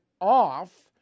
off